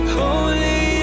holy